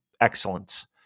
excellence